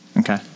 Okay